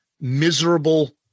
miserable